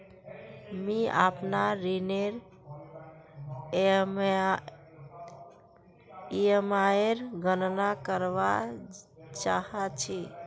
मि अपनार ऋणनेर ईएमआईर गणना करवा चहा छी